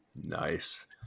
Nice